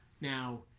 Now